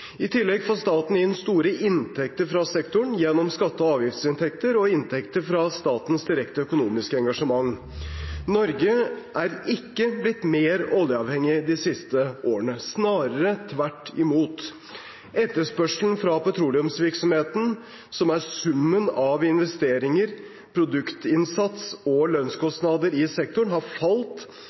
I tillegg får staten inn store inntekter fra sektoren igjennom skatte- og avgiftsinntekter og inntekter fra statens direkte økonomiske engasjement. Norge er ikke blitt mer oljeavhengig de siste årene, snarere tvert imot. Etterspørselen fra petroleumsvirksomheten, som er summen av investeringer, produktinnsats og lønnskostnader i sektoren, har falt